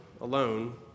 alone